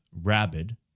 rabid